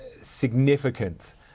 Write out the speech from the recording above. significant